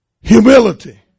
Humility